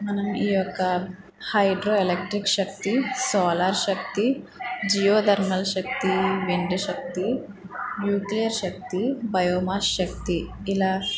మనం ఈ యొక్క హైడ్రో ఎలక్ట్రిక్ శక్తి సోలార్ శక్తి జియో థర్మల్ శక్తి విండ్ శక్తి న్యూక్లియర్ శక్తి బయోమాస్ శక్తి ఇలా